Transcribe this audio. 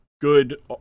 good